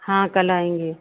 हाँ कल आएँगे